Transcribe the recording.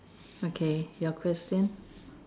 okay your question